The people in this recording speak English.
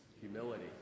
humility